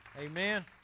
Amen